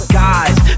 guys